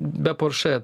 be porše